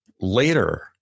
Later